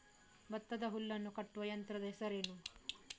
ಭತ್ತದ ಹುಲ್ಲನ್ನು ಕಟ್ಟುವ ಯಂತ್ರದ ಹೆಸರೇನು?